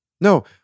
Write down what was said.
No